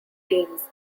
teams